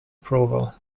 approval